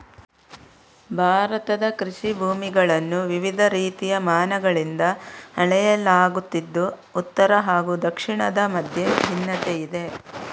ಭಾರತದ ಕೃಷಿ ಭೂಮಿಗಳನ್ನು ವಿವಿಧ ರೀತಿಯ ಮಾನಗಳಿಂದ ಅಳೆಯಲಾಗುತ್ತಿದ್ದು ಉತ್ತರ ಹಾಗೂ ದಕ್ಷಿಣದ ಮಧ್ಯೆ ಭಿನ್ನತೆಯಿದೆ